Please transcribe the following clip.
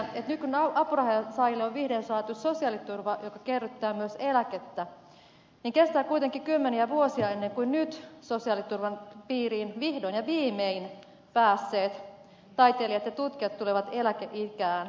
nyt kun apurahansaajille on vihdoin saatu sosiaaliturva joka kerryttää myös eläkettä niin kestää kuitenkin kymmeniä vuosia ennen kuin nyt sosiaaliturvan piiriin vihdoin ja viimein päässeet taiteilijat ja tutkijat tulevat eläkeikään